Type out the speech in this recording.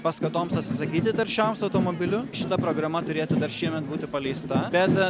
paskatoms atsisakyti taršiausių automobilių šita programa turėtų dar šiemet būti paleista bet